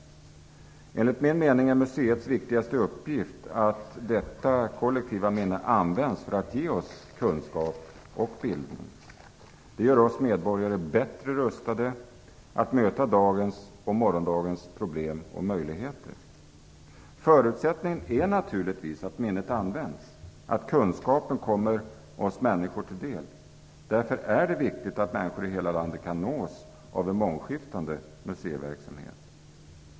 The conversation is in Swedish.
Enligt min mening är museets viktigaste uppgift att använda detta kollektiva minne för att ge oss kunskap och bildning. Det gör oss medborgare bättre rustade att möta dagens och morgondagens problem och möjligheter. Förutsättningen är naturligtvis att minnet används, att kunskapen kommer oss människor till del. Därför är det också viktigt att människor i hela landet kan nås av en mångskiftande museiverksamhet.